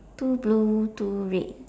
two blue two red